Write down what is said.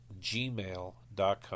gmail.com